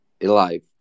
alive